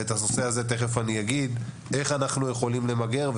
תכף אגיד איך אנחנו יכולים למגר את הנושא הזה.